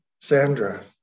Sandra